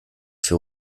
für